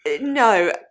No